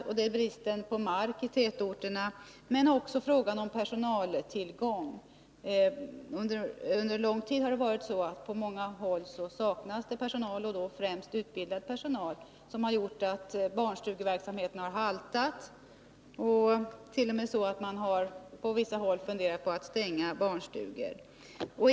Dessutom bidrar bristen på mark i tätorterna, men också personaltillgången. Under lång tid har det på många håll saknats personal — främst utbildad personal. Det har gjort att barnstugeverksamheten har haltat, och man har t.o.m. på vissa håll funderat på att stänga barnstugor.